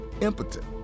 impotent